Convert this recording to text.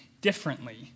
differently